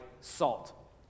salt